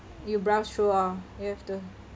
you browse through all you have to